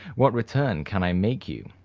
what return can i make you?